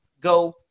go